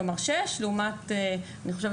כלומר לשש שעות תקן.